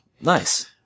Nice